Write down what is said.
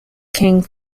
king